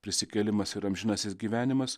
prisikėlimas ir amžinasis gyvenimas